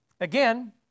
Again